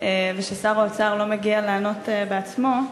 וששר האוצר לא מגיע לענות בעצמו.